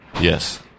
Yes